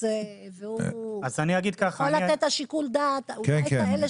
והוא יכול לתת את שיקול הדעת אולי כאלה